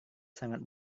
sangat